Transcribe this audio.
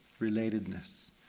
relatedness